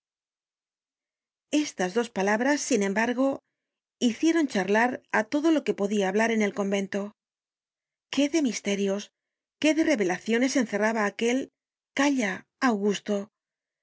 estas dos palabras sin embargo hicieron charlar á todo lo que podia hablar en el convento qué de misterios qué de revelaciones encerraba aquel calla augusto